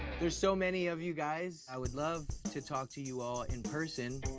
there's so many of you guys. i would love to talk to you all in person,